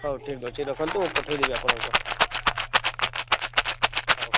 ହଉ ଠିକ୍ ଅଛି ରଖନ୍ତୁ ପଠାଇ ଦେବି ଆପଣଙ୍କ ହଉ